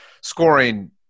scoring